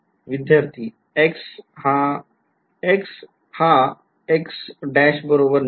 विध्यार्थी x हा बरोबर